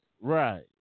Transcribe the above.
right